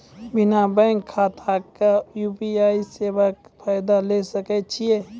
बिना बैंक खाताक यु.पी.आई सेवाक फायदा ले सकै छी?